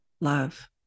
love